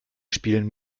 spielen